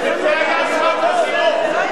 זה היה זמן פציעות.